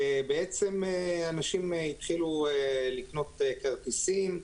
אנשים התחילו לקנות כרטיסים.